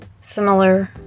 Similar